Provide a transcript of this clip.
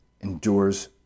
endures